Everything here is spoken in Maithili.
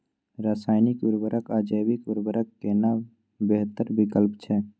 रसायनिक उर्वरक आ जैविक उर्वरक केना बेहतर विकल्प छै?